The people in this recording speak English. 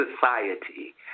society